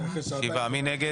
מי נגד?